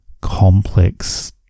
complex